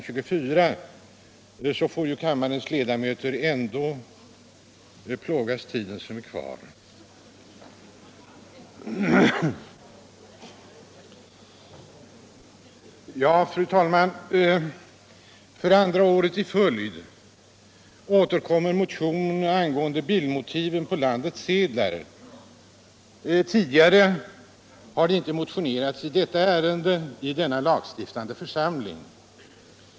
24 får kammarens ledamöter ändå plågas den tid som är kvar. Fru talman! För andra året i följd återkommer en motion angående bildmotiven på landets sedlar. Tidigare har det inte motionerats i detta ärende i denna lagstiftande församling.